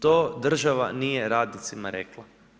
To država nije radnicima rekla.